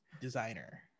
designer